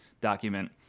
document